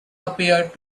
appeared